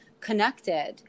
connected